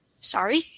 sorry